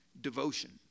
devotion